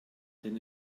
denn